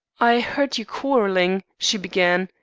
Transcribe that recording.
i heard you quarrelling she began.